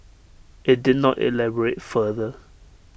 IT did not elaborate further